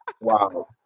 Wow